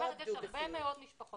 יש הרבה מאוד משפחות